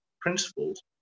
principles